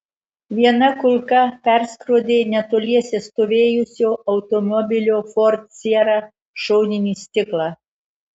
viena kulka perskrodė netoliese stovėjusio automobilio ford sierra šoninį stiklą